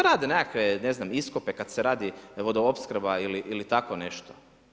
Rade nekakve ne znam iskope kad se radi vodoopskrba ili tako nešto.